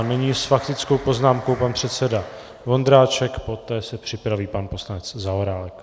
Nyní s faktickou poznámkou pan předseda Vondráček, poté se připraví pan poslanec Zaorálek.